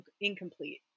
incomplete